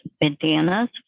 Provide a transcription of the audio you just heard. bandanas